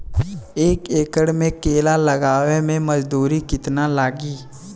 एक एकड़ में केला लगावे में मजदूरी कितना लागी?